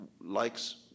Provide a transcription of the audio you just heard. likes